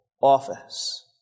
office